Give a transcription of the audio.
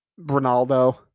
Ronaldo